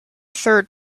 third